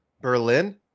Berlin